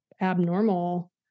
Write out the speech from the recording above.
abnormal